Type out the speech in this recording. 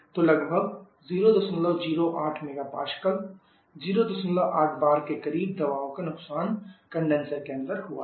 तो लगभग 008MPa 08bar के करीब दबाव का नुकसान कंडेनसर के अंदर हुआ है